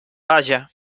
vaja